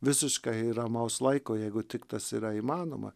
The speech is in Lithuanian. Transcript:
visiškai ramaus laiko jeigu tik tas yra įmanoma